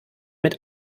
mit